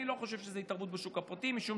אני לא חושב שזאת התערבות בשוק הפרטי, משום